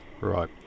Right